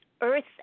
earth